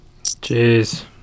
Jeez